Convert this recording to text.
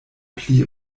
pli